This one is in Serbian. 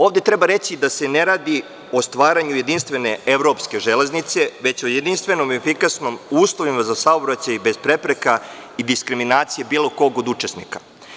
Ovde treba reći da se ne radi o stvaranju jedinstvene evropske železnice, već o jedinstvenim i efikasnim uslovima za saobraćaj bez prepreka i diskriminacije bilo kog od učesnika.